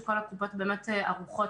כל הקופות ערוכות